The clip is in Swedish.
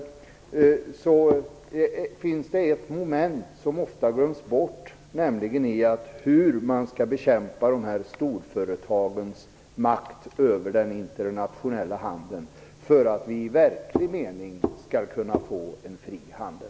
Men det finns ett moment som ofta glöms bort, nämligen hur man skall bekämpa de här storföretagens makt över den internationella handeln för att vi i verklig mening skall kunna få en fri handel.